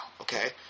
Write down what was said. okay